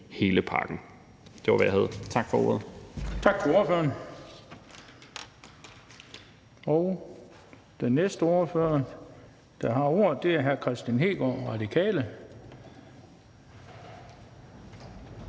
hele pakken. Det var, hvad jeg havde. Tak for ordet.